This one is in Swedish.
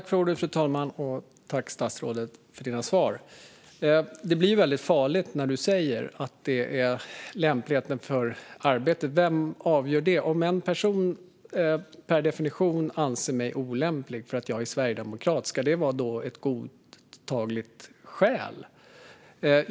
Fru talman! Tack för dina svar, statsrådet! Det blir väldigt farligt när du säger att det ska vara lämpligheten för arbetet som avgör. Vem avgör det? Om en person anser mig olämplig per definition därför att jag är sverigedemokrat, ska det då vara ett godtagbart skäl?